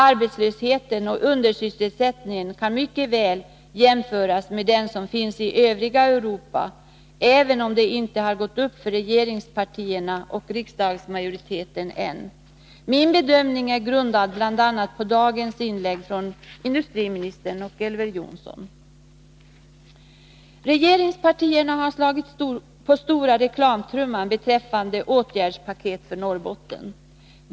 Arbetslösheten och undersysselsättningen kan mycket väl jämföras med den som finns i övriga Europa, även om det ännu inte har gått upp för regeringspartierna och riksdagsmajoriteten. Min bedömning är grundad på bl.a. dagens inlägg från industriministern och Elver Jonsson. Regeringspartierna hade slagit på stora reklamtrumman för åtgärdspaketet för Norrbotten.